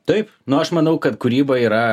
taip na aš manau kad kūryba yra